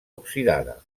oxidada